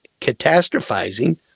catastrophizing